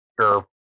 sure